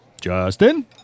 Justin